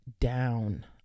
down